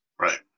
Right